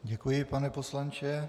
Děkuji, pane poslanče.